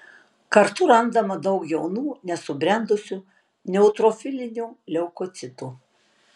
kartu randama daug jaunų nesubrendusių neutrofilinių leukocitų